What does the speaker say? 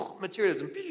Materialism